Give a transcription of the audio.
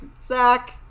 zach